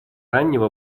раннего